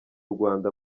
rwanda